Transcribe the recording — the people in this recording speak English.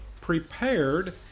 prepared